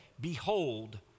Behold